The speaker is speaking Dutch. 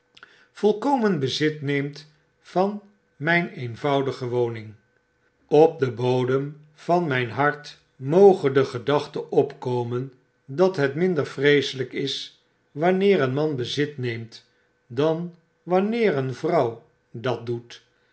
volkomen bezit neemt van mijn eenvoudige woning op den bodem van myn hart moge de gedachte opkomen dat het minder vreeselyk is wanneer een man bezit neemt dan wanneer een vrouw dat doet